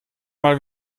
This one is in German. mal